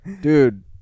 dude